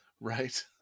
Right